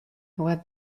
what